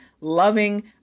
loving